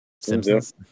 Simpsons